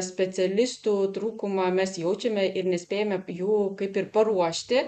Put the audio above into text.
specialistų trūkumą mes jaučiame ir nespėjame jų kaip ir paruošti